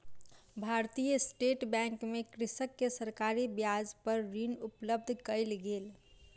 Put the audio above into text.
भारतीय State Bank मे कृषक के सरकारी ब्याज पर ऋण उपलब्ध कयल गेल